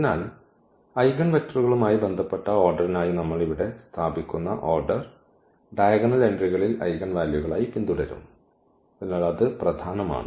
അതിനാൽ ഐഗൻവെക്റ്ററുകളുമായി ബന്ധപ്പെട്ട ഓർഡറിനായി നമ്മൾ ഇവിടെ സ്ഥാപിക്കുന്ന ഓർഡർ ഡയഗണൽ എൻട്രികളിൽ ഐഗൻ വാല്യൂകളായി പിന്തുടരും അതിനാൽ അത് പ്രധാനമാണ്